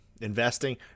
investing